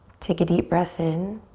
take a deep breath in.